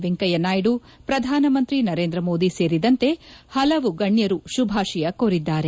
ವೆಂಕಯ್ಯನಾಯ್ಲು ಪ್ರಧಾನಮಂತ್ರಿ ನರೇಂದ್ರ ಮೋದಿ ಸೇರಿದಂತೆ ಹಲವರು ಗಣ್ಯರು ಶುಭಾಶಯ ಕೋರಿದ್ದಾರೆ